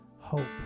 hope